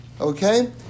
Okay